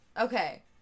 Okay